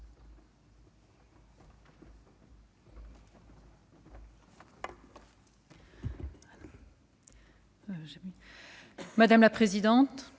Madame la présidente,